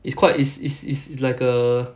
it's quite is is is is like a